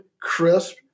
crisp